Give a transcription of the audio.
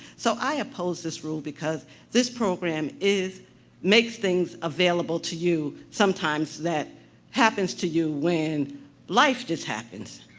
so, i oppose this rule, because this program is makes things available to you sometimes that happens to you when life just happens.